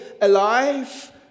alive